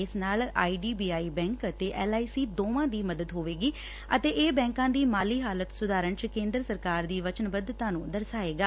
ਇਸ ਨਾਲ I D B I bank ਅਤੇ ਐਲ ਆਈ ਸੀ ਦੋਵਾਂ ਦੀ ਮਦਦ ਹੋਏਗੀ ਅਤੇ ਇਹ ਬੈਂਕਾਂ ਦੀ ਮਾਲੀ ਹਾਲਤ ਸੁਧਾਰਨ ਚ ਕੇਂਦਰ ਸਰਕਾਰ ਦੀ ਵਚਨਬੱਧਤਾ ਨੂੰ ਦਰਸਾਏਗਾ